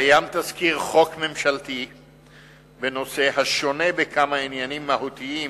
קיים תזכיר חוק ממשלתי בנושא השונה בכמה עניינים מהותיים